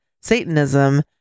Satanism